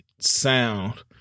sound